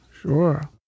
Sure